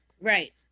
Right